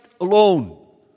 alone